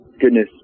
goodness